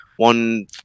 One